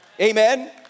Amen